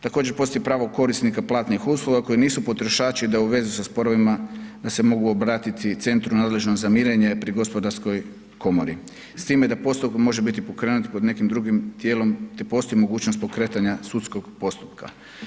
Također postoji pravo korisnika platnih usluga koji nisu potrošači da u vezi sa sporovima da se mogu obratiti centru nadležnom za mirenje pri Gospodarskoj komori s time da postupak može biti pokrenut pred nekim drugim tijelom te postoji mogućnost pokretanja sudskog postupka.